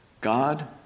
God